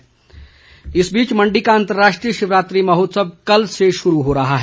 मंडी शिवरात्रि इस बीच मंडी का अंतर्राष्ट्रीय शिवरात्रि महोत्सव कल से शुरू हो रहा है